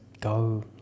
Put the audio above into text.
go